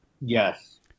Yes